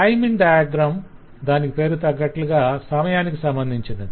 timing diagram దాని పేరుకు తగ్గట్లుగా సమయానికి సంబంధించినది